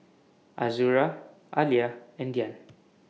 Azura Alya and Dian